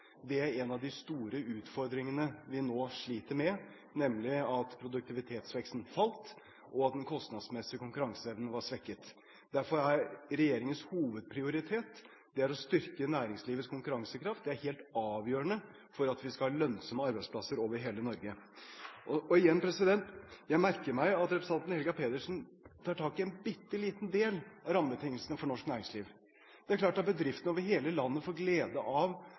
Det er en av de store utfordringene vi nå sliter med, nemlig at produktivitetsveksten falt, og at den kostnadsmessige konkurranseevnen ble svekket. Derfor er regjeringens hovedprioritet å styrke næringslivets konkurransekraft. Det er helt avgjørende for at vi skal ha lønnsomme arbeidsplasser over hele Norge. Og igjen, jeg merker meg at representanten Helga Pedersen tar tak i en bitte liten del av rammebetingelsene for norsk næringsliv. Det er klart at bedriftene over hele landet får glede av